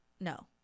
No